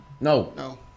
No